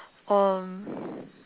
um